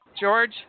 George